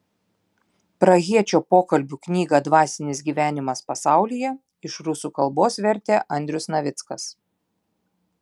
prahiečio pokalbių knygą dvasinis gyvenimas pasaulyje iš rusų kalbos vertė andrius navickas